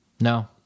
No